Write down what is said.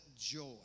joy